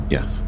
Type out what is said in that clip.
Yes